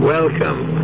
Welcome